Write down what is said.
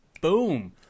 boom